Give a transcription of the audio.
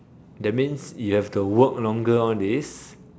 that means you have to work longer all this